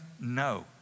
No